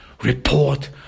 report